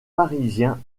parisien